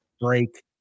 break